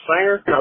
singer